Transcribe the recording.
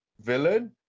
villain